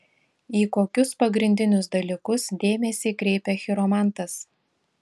į kokius pagrindinius dalykus dėmesį kreipia chiromantas